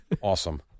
awesome